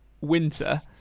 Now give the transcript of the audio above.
winter